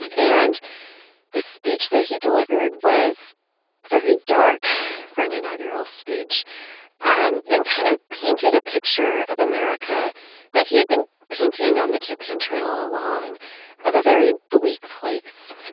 and and the speech that he delivered was very dark for an inaugural speech and and kind of painted a picture of america that he had been painting on the campaign trail all along of a very bleak place,